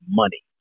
money